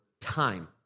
time